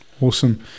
awesome